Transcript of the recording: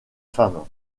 femmes